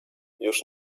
już